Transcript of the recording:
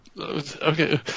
Okay